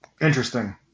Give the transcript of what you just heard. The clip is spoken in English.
Interesting